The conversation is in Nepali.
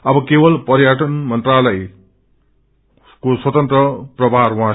अब केवल पर्यटन मंत्रालयको स्वतन्त्र प्रभार उझौँ